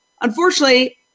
unfortunately